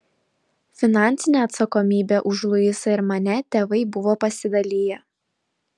finansinę atsakomybę už luisą ir mane tėvai buvo pasidaliję